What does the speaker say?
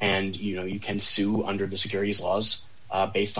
and you know you can sue under the securities laws based